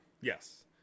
Yes